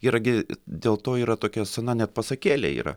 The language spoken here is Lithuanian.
yra gi dėl to yra tokia sena net pasakėlė yra